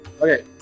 Okay